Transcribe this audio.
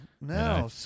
No